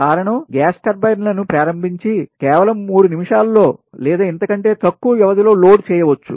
కారణం గ్యాస్ టర్బైన్లను ప్రారంభించి కేవలం 3 నిమిషాల్లో లేదా అంతకంటే తక్కువ వ్యవధిలో లోడ్ చేయవచ్చు